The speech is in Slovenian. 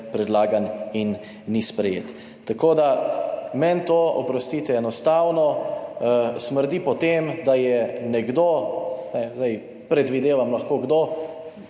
predlagan in ni sprejet. Meni to, oprostite, enostavno smrdi po tem, da je nekdo, predvidevam lahko, kdo,